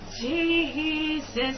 Jesus